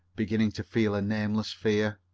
beginning to feel a nameless fear.